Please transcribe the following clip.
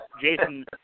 Jason